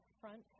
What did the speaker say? front